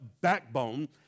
backbone